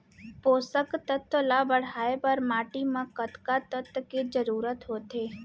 पोसक तत्व ला बढ़ाये बर माटी म कतका तत्व के जरूरत होथे?